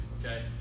okay